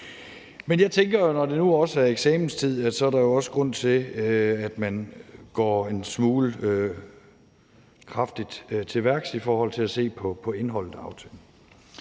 Men jeg tænker, når det nu er eksamenstid, at så er der jo også grund til, at man går en smule kraftigt til værks i forhold til at se på indholdet af aftalen.